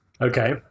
Okay